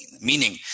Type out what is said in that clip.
Meaning